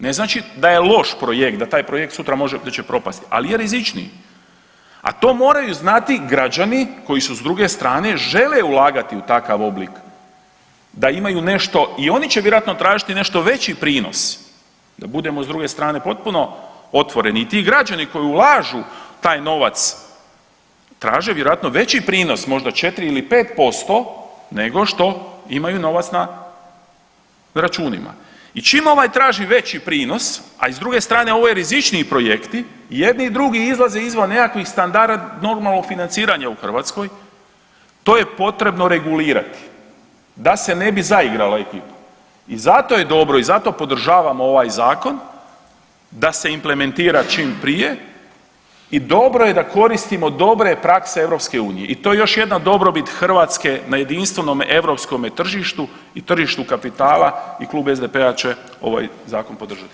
Ne znači da je loš projekt, da taj projekt može, da će propasti, ali je rizičniji, a to moraju znati građani koji su s druge strane, žele ulagati u takav oblik, da imaju nešto, i oni će vjerojatno tražiti nešto veći prinos, da budemo s druge strane potpuno otvoreni, i ti građani koji ulažu taj novac traže vjerojatno veći prinos, možda 4 ili 5% nego što imaju novac na računima i čim ovaj traži veći prinos, a i s druge strane, ovo je rizičniji projekti, i jedni i drugi izlaze izvan nekakvih standarda normalnog financiranja u Hrvatskoj, to je potrebno regulirati da se ne bi zaigrala ekipa i zato je dobro i zato podržavamo ovaj Zakon da se implementira čim prije i dobro je da koristimo dobre prakse EU i to je još jedna dobrobit Hrvatske na jedinstvenom europskome tržištu i tržištu kapitala i Klub SDP-a će ovaj Zakon podržati.